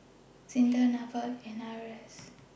SINDA Nafa and IRAS